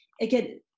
again